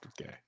okay